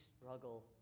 struggle